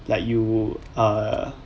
like you err